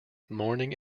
morning